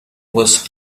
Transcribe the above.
was